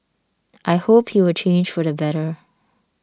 I hope he will change for the better